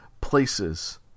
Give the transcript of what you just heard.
places